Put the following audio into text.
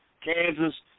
Kansas